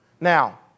Now